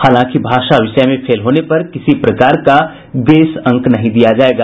हालांकि भाषा विषय में फेल होने पर किसी प्रकार का ग्रेस अंक नहीं दिया जोयगा